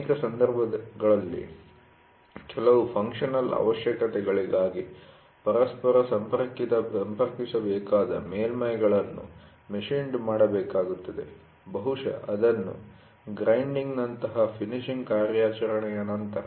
ಅನೇಕ ಸಂದರ್ಭಗಳಲ್ಲಿ ಕೆಲವು ಫಂಕ್ಷನಲ್ ಅವಶ್ಯಕತೆಗಳಿಗಾಗಿ ಪರಸ್ಪರ ಸಂಪರ್ಕಿಸಬೇಕಾದ ಮೇಲ್ಮೈ'ಗಳನ್ನು ಮಷಿನ್ಡ್ ಮಾಡಬೇಕಾಗುತ್ತದೆ ಬಹುಶಃ ಅದನ್ನು ಗ್ರಇಂಡಿಂಗ್'ನಂತಹ ಫಿನಿಶಿಂಗ್ ಕಾರ್ಯಾಚರಣೆಯ ನಂತರ